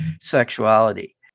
sexuality